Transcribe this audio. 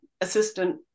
assistant